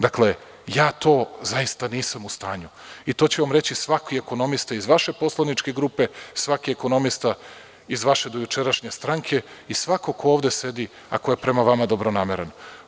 Dakle, ja to zaista nisam u stanju i to će vam reći svaki ekonomista iz vaše poslaničke grupe, svaki ekonomista iz vaše dojučerašnje stranke i svako ko ovde sedi i ko je prema vama dobronameran.